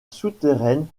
souterraine